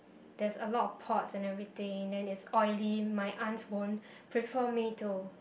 there's a lot of pots and everything then it's oily my aunt won't prefer me to